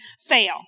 fail